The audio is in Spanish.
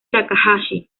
takahashi